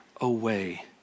away